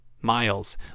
Miles